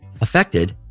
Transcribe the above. affected